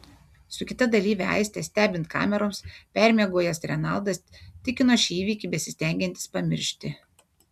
su kita dalyve aiste stebint kameroms permiegojęs renaldas tikino šį įvykį besistengiantis pamiršti